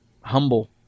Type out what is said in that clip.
humble